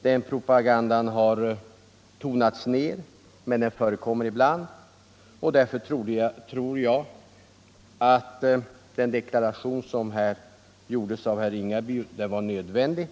Den propagandan har tonats ned, men den förekommer ännu ibland. Därför tror jag att den av herr Nr 134 Ringaby gjorda deklarationen var nödvändig.